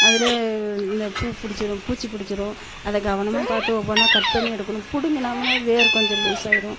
அதில் இந்த பூப் பிடிச்சிரும் பூச்சிப் பிடிச்சிரும் அதை கவனமாக பார்த்து ஒவ்வொன்றா கட் பண்ணி எடுக்கணும் பிடுங்குனோமுன்னா வேர் கொஞ்சம் லூஸாயிரும்